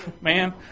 Man